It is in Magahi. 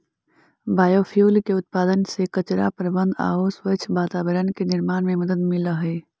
बायोफ्यूल के उत्पादन से कचरा प्रबन्धन आउ स्वच्छ वातावरण के निर्माण में मदद मिलऽ हई